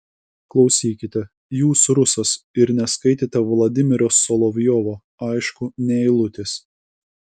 klausykite jūs rusas ir neskaitėte vladimiro solovjovo aišku nė eilutės